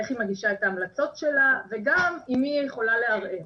איך היא מגישה את ההמלצות שלה וגם אם היא יכולה לערער